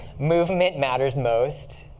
movement matters most.